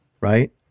right